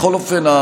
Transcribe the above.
בכל אופן,